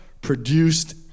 produced